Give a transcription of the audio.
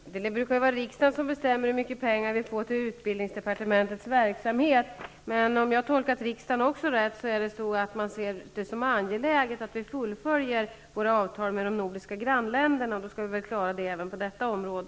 Herr talman! Det brukar vara riksdagen som bestämmer hur mycket pengar som skall gå till utbildningsdepartementets verksamhet. Men om jag tolkat stämningen i riksdagen rätt, så ser man det som angeläget att vi fullföljer våra avtal med våra nordiska grannländer, och då skall vi väl klara det även på detta område.